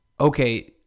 okay